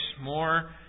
more